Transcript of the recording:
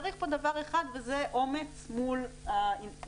צריך פה דבר אחד וזה אומץ מול האינטרסים.